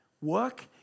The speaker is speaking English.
work